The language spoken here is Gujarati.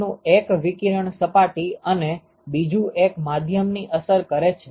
તેમનું એક વિકિરણ સપાટી અને બીજું એક માધ્યમની અસર છે